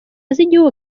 z’igihugu